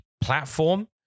platform